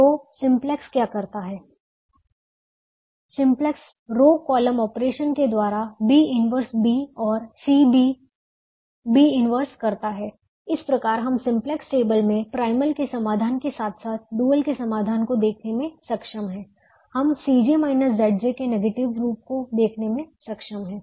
तो सिम्पलेक्स क्या करता है सिम्प्लेक्स रो कॉलम ऑपरेशन के द्वारा B 1 B और CB B 1 करता है इस प्रकार हम सिम्प्लेक्स टेबल में प्राइमल के समाधान के साथ साथ डुअल के समाधान को देखने में सक्षम हैं हम Cj Zj के नेगेटिव रूप को देखने में सक्षम हैं